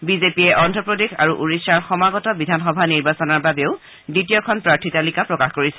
বিজেপিয়ে অন্ধপ্ৰদেশ আৰু ওড়িশাৰ সমাগত বিধানসভা নিৰ্বাচনৰ বাবেও দ্বিতীয়খন প্ৰাৰ্থী তালিকা প্ৰকাশ কৰিছে